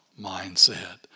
mindset